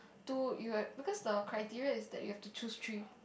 two you have cause the criteria is that you have to choose three